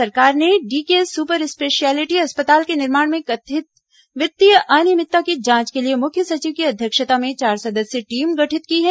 राज्य सरकार ने डीकेएस सुपर स्पेशलियिटी अस्पताल के निर्माण में कथित वित्तीय अनियमितता की जांच के लिए मुख्य सचिव की अध्यक्षता में चार सदस्यीय टीम गठित की है